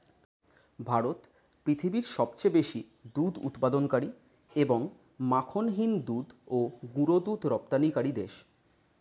ভারত পৃথিবীর সবচেয়ে বেশি দুধ উৎপাদনকারী এবং মাখনহীন দুধ ও গুঁড়ো দুধ রপ্তানিকারী দেশ